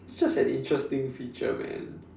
it's just an interesting feature man